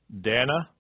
Dana